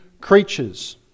creatures